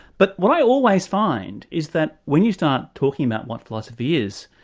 but what i always find is that when you start talking about what philosophy is,